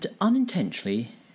unintentionally